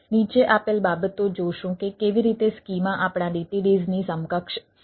નીચે આપેલ બાબતો જોશું કે કેવી રીતે સ્કીમા આપણા DTDsની સમકક્ષ છે